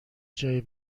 جایی